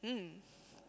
mm